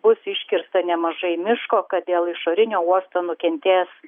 bus iškirsta nemažai miško kad dėl išorinio uosto nukentės